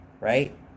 Right